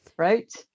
Right